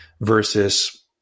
versus